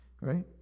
right